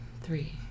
Three